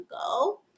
go